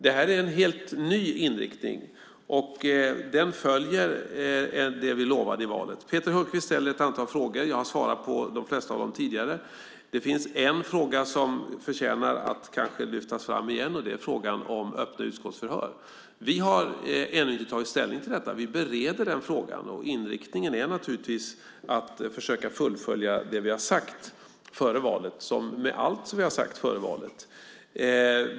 Det är en helt ny inriktning. Den följer det vi lovade i valet. Peter Hultqvist ställer ett antal frågor. Jag har svarat på de flesta av dem tidigare. Det finns en fråga som kanske förtjänar att lyftas fram igen. Det är frågan om öppna utskottsförhör. Vi har ännu inte tagit ställning till detta. Vi bereder den frågan. Inriktningen är naturligtvis att försöka fullfölja det vi har sagt före valet med allt som vi har sagt före valet.